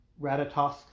ratatosk